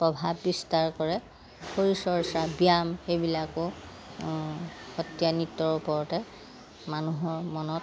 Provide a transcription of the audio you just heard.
প্ৰভাৱ বিস্তাৰ কৰে শৰীৰ চৰ্চা ব্যায়াম সেইবিলাকো সত্ৰীয়া নৃত্যৰ ওপৰতে মানুহৰ মনত